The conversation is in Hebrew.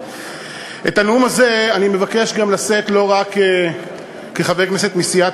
את הנאום הזה אני מבקש לשאת לא רק כחבר כנסת מסיעת